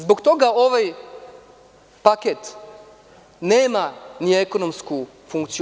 Zbog toga ovaj paket nema ni ekonomsku funkciju.